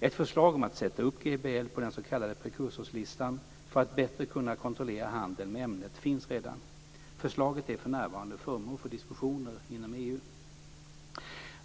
Ett förslag om att sätta upp GBL på den s.k. prekursorslistan för att bättre kunna kontrollera handeln med ämnet finns redan. Förslaget är för närvarande föremål för diskussioner inom EU.